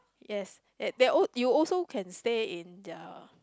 yes there there al~ you also can stay in their